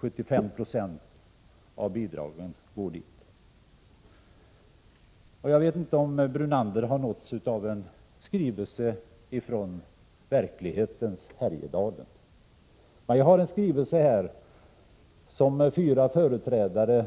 75 96 av bidragen går ju dit. Jag vet inte om Lennart Brunander har nåtts av en skrivelse från verklighetens Härjedalen. Jag har en skrivelse här som fyra företrädare